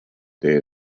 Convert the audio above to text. day